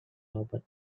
robot